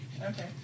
Okay